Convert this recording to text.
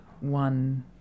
one